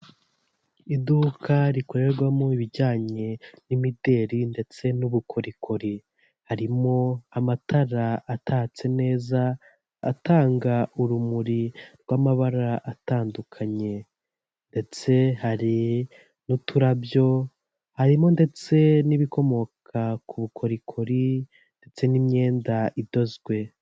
Iduka rikorerwamo ibijyanye n'imideri ndetse n'ubukorikori harimo amatara atatse neza atanga urumuri rwamabara atandukanye ndetse hari n'uturarabyo harimo ndetse n'ibikomoka ku bukorikori ndetse n'imyenda idozwe.